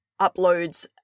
uploads